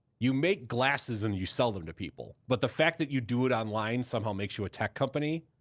you make glasses, and you sell them to people. but the fact that you do it online somehow makes you a tech company?